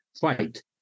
fight